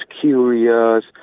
curious